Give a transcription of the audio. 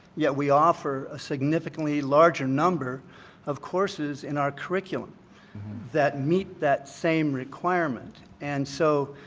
yeah, we offer a significantly larger number of courses in our curriculum that meet that same requirement and so,